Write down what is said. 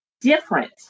different